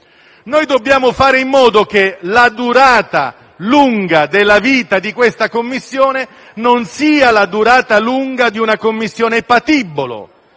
Dobbiamo fare in modo che la durata lunga della vita di questa Commissione non sia la durata lunga di una Commissione patibolo,